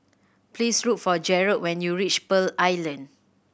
please look for Jarrett when you reach Pearl Island